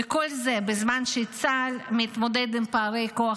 וכל זה בזמן שצה"ל מתמודד עם פערי כוח